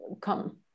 come